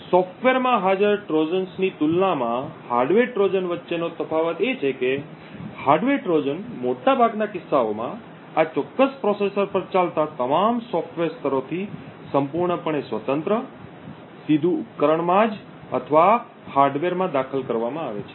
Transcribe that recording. સોફ્ટવેરમાં હાજર ટ્રોજન ની તુલનામાં હાર્ડવેર ટ્રોજન વચ્ચેનો તફાવત એ છે કે હાર્ડવેર ટ્રોજન મોટાભાગના કિસ્સાઓમાં આ ચોક્કસ પ્રોસેસર પર ચાલતા તમામ સોફ્ટવેર સ્તરોથી સંપૂર્ણપણે સ્વતંત્ર સીધું ઉપકરણમાં જ અથવા હાર્ડવેરમાં દાખલ કરવામાં આવે છે